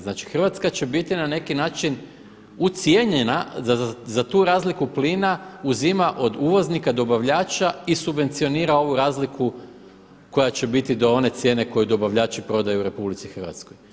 Znači Hrvatska će biti na neki način ucijenjena da tu razliku plina uzima od uvoznika dobavljača i subvencionira ovu razliku koja će biti do one cijene koju dobavljači prodaju Republici Hrvatskoj.